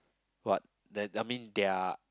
what that I mean their